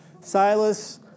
Silas